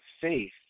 faith